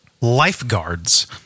lifeguards